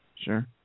Sure